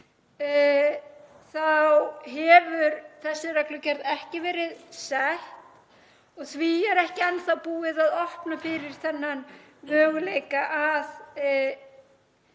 þá hefur þessi reglugerð ekki verið sett og því er ekki enn þá búið að opna fyrir þann möguleika að